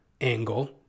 angle